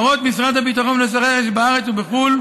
הוראות משרד הביטחון בנושאי רכש בארץ ובחו"ל